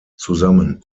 zusammen